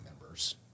members